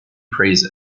praise